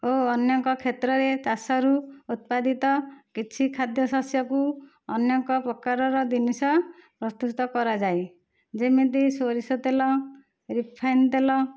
ଓ ଅନେକ କ୍ଷେତ୍ରରେ ଚାଷରୁ ଉତ୍ପାଦିତ କିଛି ଖାଦ୍ୟଶସ୍ୟକୁ ନେକ ପ୍ରକାରର ଜିନିଷ ପ୍ରସ୍ତୁତ କରାଯାଏ ଯେମିତି ସୋରିଷ ତେଲ ରିଫାଇନ ତେଲ